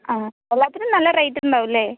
ആ എല്ലാത്തിനും നല്ല റേറ്റ് ഉണ്ടാകും അല്ലെ